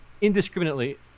indiscriminately